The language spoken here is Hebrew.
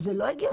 זה לא הגיוני.